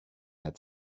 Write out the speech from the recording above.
had